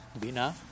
Bina